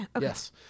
Yes